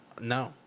No